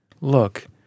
look